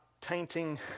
tainting